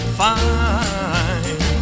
fine